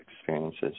experiences